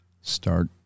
start